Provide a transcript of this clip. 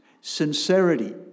sincerity